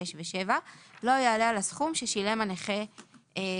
(6) ו-(7) לא יעלה על הסכום ששילם הנכה בפועל.